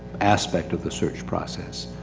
aspect of the search process.